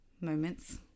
moments